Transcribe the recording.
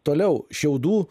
toliau šiaudų